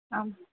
आम्